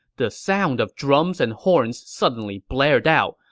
the sound of drums and horns suddenly blared out,